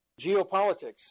geopolitics